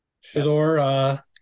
Shador